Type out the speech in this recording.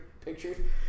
Pictures